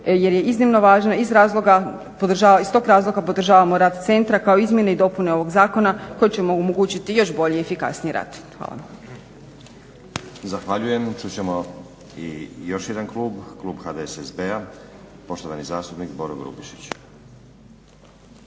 jer je iznimno važna iz razloga, iz tog razloga podržavamo rad centra kao izmjene i dopune ovog Zakona koje će mu omogućiti i još bolji i efikasniji rad. Hvala. **Stazić, Nenad (SDP)** Zahvaljujem. Čut ćemo još jedan klub, klub HDSSB-a poštovani zastupnik Boro Grubišić.